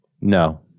No